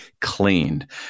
cleaned